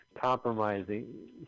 compromising